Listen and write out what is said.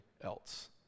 else